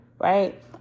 right